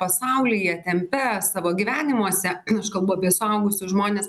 pasaulyje tempe savo gyvenimuose aš kalbu apie suaugusius žmones